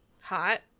hot